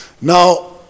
Now